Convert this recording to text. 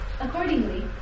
Accordingly